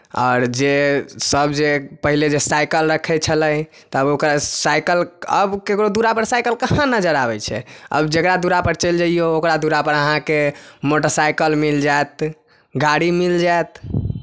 आओर जेसभ जे पहिले जे साइकल रखै छलै तब ओकर साइकल आब ककरो दुरापर साइकल कहाँ नजरि आबै छै आब जकरा दुरापर चलि जैयौ ओकरा दुरापर अहाँकेँ मोटरसाइकल मिल जायत गाड़ी मिल जायत